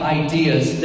ideas